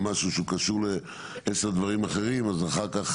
משהו שהוא קשור לעשר דברים אחרים אז אחר כך